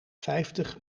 vijftig